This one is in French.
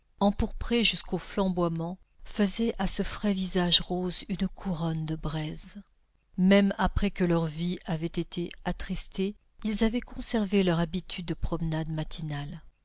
empourprés jusqu'au flamboiement faisaient à ce frais visage rose une couronne de braises même après que leur vie avait été attristée ils avaient conservé leur habitude de promenades matinales